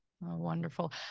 wonderful